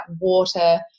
water